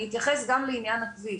אני אתייחס גם לעניין הכביש.